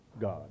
God